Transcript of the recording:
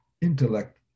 intellect